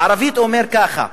בערבית אומר כך: